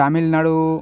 Tamil Nadu